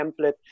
template